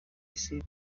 isi